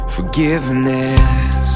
Forgiveness